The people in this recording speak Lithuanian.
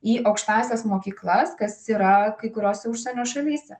į aukštąsias mokyklas kas yra kai kuriose užsienio šalyse